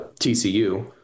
TCU